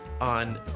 on